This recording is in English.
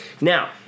Now